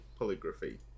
polygraphy